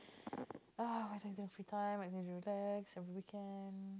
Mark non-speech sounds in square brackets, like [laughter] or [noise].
[noise] what do you do in your free time what do you do to relax every weekend